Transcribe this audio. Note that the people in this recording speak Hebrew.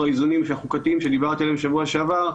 האיזונים החוקתיים שדיברתי עליהם בשבוע שעבר,